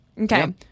Okay